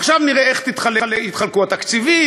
עכשיו נראה איך יתחלקו התקציבים,